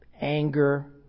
anger